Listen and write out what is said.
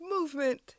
movement